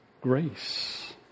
grace